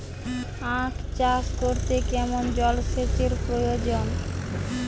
আখ চাষ করতে কেমন জলসেচের প্রয়োজন?